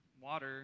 water